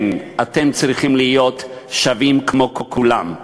כן, אתם צריכים להיות שווים כמו כולם,